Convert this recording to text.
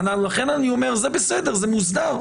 לכן אני אומר שזה בסדר, זה מוסדר.